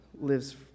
lives